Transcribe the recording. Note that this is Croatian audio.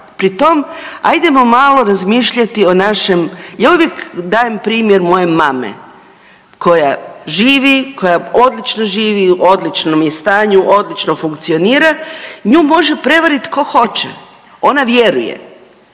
Pri tom hajdemo malo razmišljati o našem ja uvijek dajem primjer moje mame koja živi, koja odlično živi, u odličnom je stanju, odlično funkcionira, nju može prevariti tko hoće. Ona vjeruje.